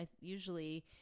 usually